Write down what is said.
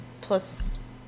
plus